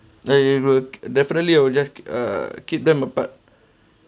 uh it would definitely I will just err keep them apart